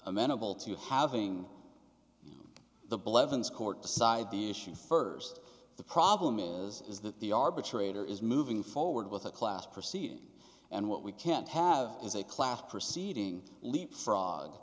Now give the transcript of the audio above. amenable to having the blevins court decide the issue first the problem is is that the arbitrator is moving forward with a class proceeding and what we can't have is a class proceeding leapfrog